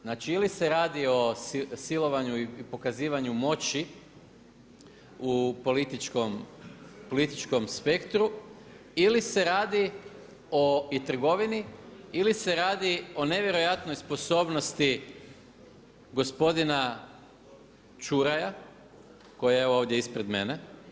Znači ili se radi o silovanju i pokazivanju moći u političkom spektru ili se radi o, i trgovini, ili se radi o nevjerojatnoj sposobnosti gospodina Čuraja koji je evo ovdje ispred mene.